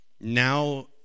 now